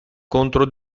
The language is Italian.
contro